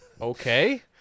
Okay